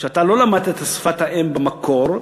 כשלא למדת את שפת האם במקור,